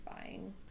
buying